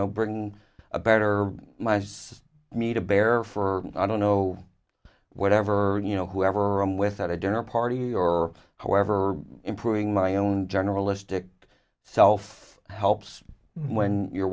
know bring a better mice me to bear for i don't know whatever you know whoever i'm with at a dinner party or however improving my own generalistic self helps when you're